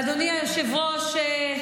אדוני היושב-ראש,